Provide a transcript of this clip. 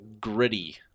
Gritty